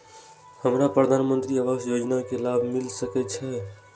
हमरा प्रधानमंत्री आवास योजना के लाभ मिल सके छे?